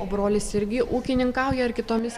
o brolis irgi ūkininkauja ar kitomis